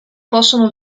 possono